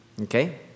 okay